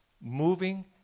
moving